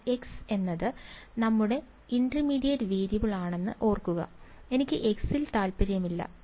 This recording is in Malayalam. എന്നാൽ x എന്നത് നമ്മുടെ ഇന്റർമീഡിയറ്റ് വേരിയബിളാണെന്ന് ഓർക്കുക എനിക്ക് x ൽ താൽപ്പര്യമില്ല